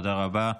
תודה רבה.